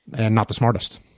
and not the smartest.